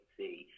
see